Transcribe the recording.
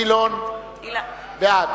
גילאון, בעד